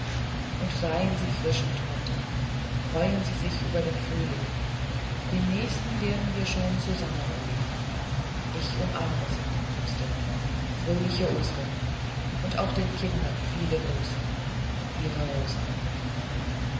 und seien sie frisch und munter freuen sie sich über den frühling den nächsten werden wir schon zusammen verleben ich umarme sie liebste fröhliche ostern auch den kindern viele grüße ihre rosa